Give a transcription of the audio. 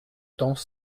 temps